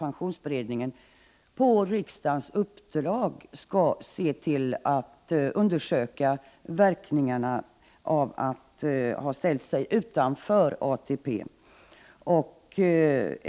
Pensionsberedningen skall på riksdagens uppdrag undersöka verkningarna av att ha ställt sig utanför ATP.